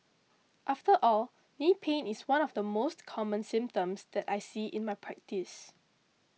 after all knee pain is one of the most common symptoms that I see in my practice